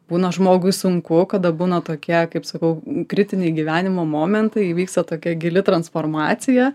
būna žmogui sunku kada būna tokie kaip sakau kritiniai gyvenimo momentai įvyksta tokia gili transformacija